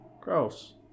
Gross